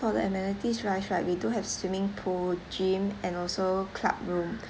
for the amenities wise right we do have swimming pool gym and also club room